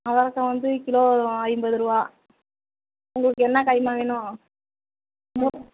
அவரக்காய் வந்து கிலோ ஐம்பது ரூபா உங்களுக்கு என்ன காய்ம்மா வேணும்